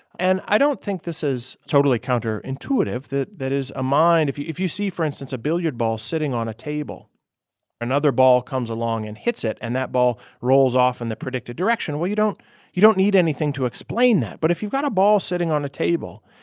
and i don't think this is totally counterintuitive that that is, a mind if you if you see, for instance, a billiard ball sitting on a table another ball comes along and hits it and that ball rolls off in the predicted direction. well, you don't you don't need anything to explain that. but if you've got a ball sitting on a table,